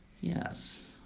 Yes